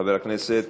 חבר הכנסת